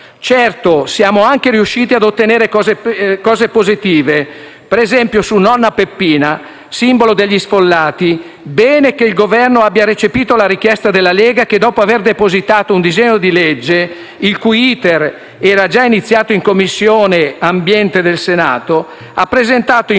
Certo, siamo anche riusciti a ottenere cose positive. Per esempio su nonna Peppina, simbolo degli sfollati, è bene che il Governo abbia recepito la richiesta della Lega che, dopo aver depositato un disegno di legge il cui *iter* era già iniziato in Commissione ambiente del Senato, ha presentato al